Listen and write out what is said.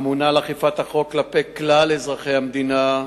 אמונה על אכיפת החוק כלפי כלל אזרחי המדינה,